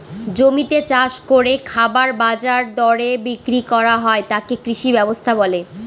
জমিতে চাষ করে খাবার বাজার দরে বিক্রি করা হয় তাকে কৃষি ব্যবস্থা বলে